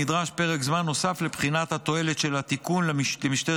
נדרש פרק זמן נוסף לבחינת התועלת של התיקון למשטרת